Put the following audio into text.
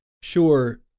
sure